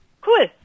Cool